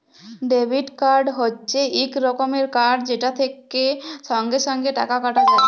debit card হচ্যে এক রকমের কার্ড যেটা থেক্যে সঙ্গে সঙ্গে টাকা কাটা যায়